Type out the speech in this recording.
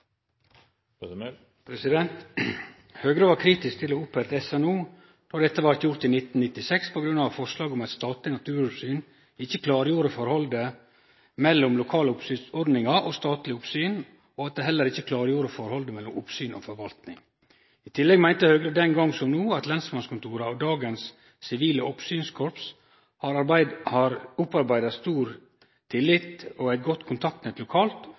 Høgre var kritiske til å opprette SNO då dette blei gjort i 1996. Forslaget om eit statleg naturoppsyn klargjorde ikkje forholdet mellom lokale oppsynsordningar og eit statleg naturoppsyn eller forholdet mellom oppsyn og forvaltning. I tillegg meinte Høgre den gong som no at lensmannskontora og dagens sivile oppsynskorps har opparbeidd stor tillit og eit godt kontaktnett lokalt, og at ein ikkje skal ha eit statleg naturoppsyn parallelt med